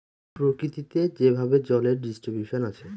প্রকৃতিতে যেভাবে জলের ডিস্ট্রিবিউশন আছে